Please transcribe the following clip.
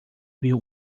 viu